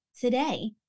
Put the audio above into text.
today